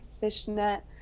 fishnet